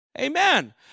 Amen